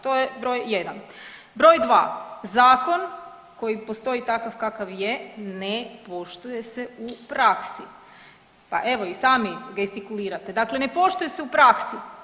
To je broj 1. Broj 2, zakon koji postoji takav kakav je ne poštuje se u praksi pa evo i sami gestikulirate, dakle ne poštuje se u praksi.